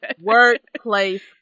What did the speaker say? Workplace